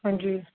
ਹਾਂਜੀ